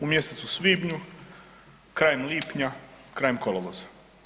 U mjesecu svibnju, krajem lipnja, krajem kolovoza.